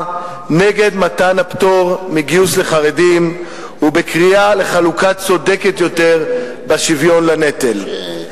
נגד הפטור מגיוס לחרדים ובקריאה לחלוקה צודקת יותר של הנטל.